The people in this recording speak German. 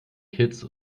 kitts